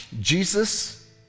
Jesus